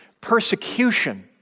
persecution